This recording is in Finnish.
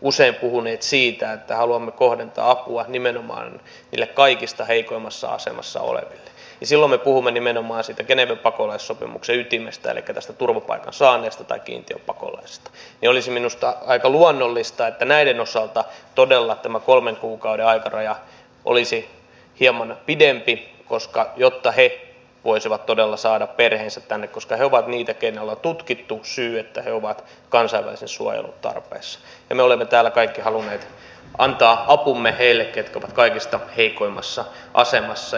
usein puhuneet siitä että haluamme kohdentaa apua nimenomaan niille kaikista heikoimmassa asemassa oleville ja silloin me puhumme nimenomaan siitä geneven pakolaissopimuksen ytimestä elikkä näistä turvapaikan saaneista tai kiintiöpakolaisista niin olisi minusta aika luonnollista että näiden osalta todella tämä kolmen kuukauden aikaraja olisi hieman pidempi jotta he voisivat todella saada perheensä tänne koska he ovat niitä joilla on tutkittu syy että he ovat kansainvälisen suojelun tarpeessa ja me olemme täällä kaikki halunneet antaa apumme heille jotka ovat kaikista heikoimmassa asemassa